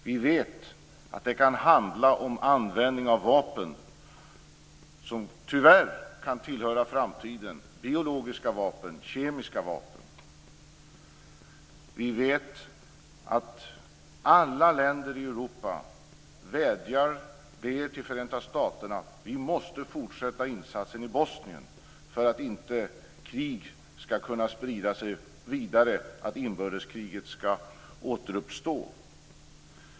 Vi vet att det kan handla om användning av vapen som tyvärr kan tillhöra framtiden - biologiska vapen, kemiska vapen. Vi vet att alla länder i Europa vädjar till Förenta staterna: Vi måste fortsätta insatsen i Bosnien för att inte krig skall kunna sprida sig vidare, för att inbördeskriget inte skall återuppstå.